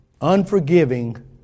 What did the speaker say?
unforgiving